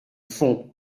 fond